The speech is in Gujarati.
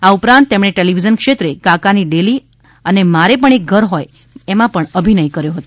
આ ઉપરાંત તેમણે ટેલીવીઝન ક્ષેત્રે કાકાની ડેલી અને મારે પણ એક ઘર હોયમાં અભિનય કર્યો હતો